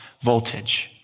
voltage